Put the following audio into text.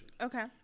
okay